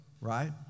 Right